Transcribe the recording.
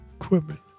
equipment